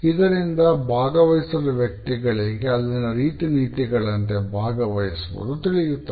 ಇದರಿಂದ ಭಾಗವಹಿಸಿದ ವ್ಯಕ್ತಿಗಳಿಗೆ ಅಲ್ಲಿನ ರೀತಿ ನೀತಿಗಳಂತೆ ಭಾಗವಹಿಸುವುದು ತಿಳಿಯುತ್ತದೆ